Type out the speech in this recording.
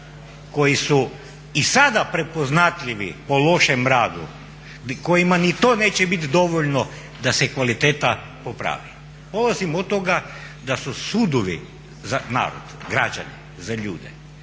koji su i sada prepoznatljivi po lošem radu, kojima ni to neće biti dovoljno da se kvaliteta popravi. Polazim od toga da su sudovi za narod, građani, za ljude.